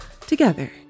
together